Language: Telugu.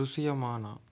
దృశ్యమాన